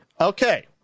Okay